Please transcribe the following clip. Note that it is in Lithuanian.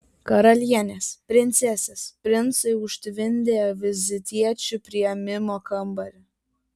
karalienės princesės princai užtvindė vizitiečių priėmimo kambarį